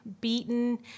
beaten